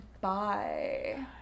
Bye